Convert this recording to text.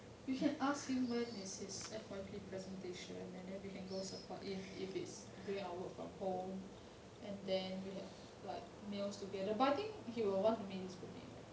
you can ask him when is his F_Y_P presentation and then we can go support him if it's during our work from home and then we have like meals together but I think he will want to meet his groupmates right